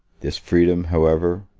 this freedom, however,